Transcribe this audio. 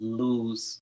lose